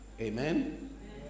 Amen